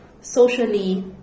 socially